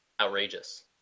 outrageous